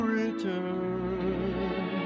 return